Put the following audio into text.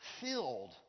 filled